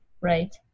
right